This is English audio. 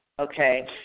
okay